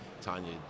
Tanya